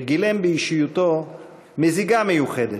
וגילם באישיותו מזיגה מיוחדת,